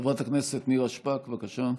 חברת הכנסת נירה שפק, בבקשה.